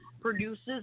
produces